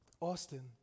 Austin